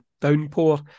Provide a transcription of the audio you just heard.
downpour